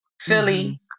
Philly